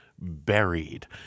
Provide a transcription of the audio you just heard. buried